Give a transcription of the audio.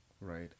Right